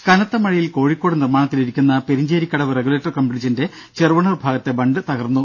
ദര കനത്ത മഴയിൽ കോഴിക്കോട് നിർമാണത്തിലിരിക്കുന്ന പെരിഞ്ചേരിക്കടവ് റെഗുലേറ്റർ കം ബ്രിഡ്ജിന്റെ ചെറുവണ്ണൂർ ഭാഗത്തെ ബണ്ട് തകർന്നു